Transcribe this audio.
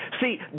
See